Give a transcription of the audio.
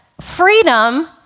freedom